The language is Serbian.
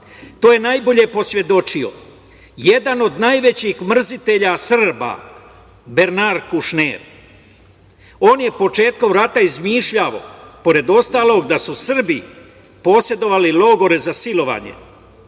to je najbolje posvedočio jedan od najvećih mrzitelja Srba, Bernard Kušner. On je početkom rata izmišljao pored ostalog da su Srbi posedovali logore za silovanje.